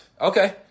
Okay